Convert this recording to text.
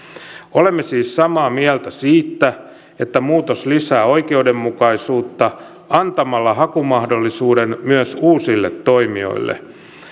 olemme siis samaa mieltä siitä että muutos lisää oikeudenmukaisuutta antamalla hakumahdollisuuden myös uusille toimijoille